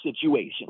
situation